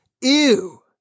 ew